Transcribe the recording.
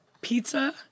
pizza